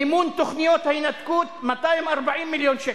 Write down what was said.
מימון תוכניות ההינתקות, 240 מיליון שקל,